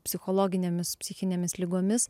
psichologinėmis psichinėmis ligomis